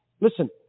listen